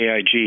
AIG